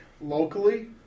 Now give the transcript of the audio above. Locally